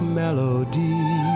melody